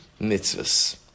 Mitzvahs